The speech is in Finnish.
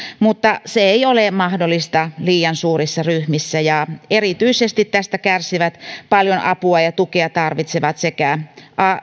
mutta se ei ole mahdollista liian suurissa ryhmissä erityisesti tästä kärsivät paljon apua ja tukea tarvitsevat sekä